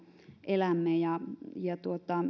elämme